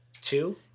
two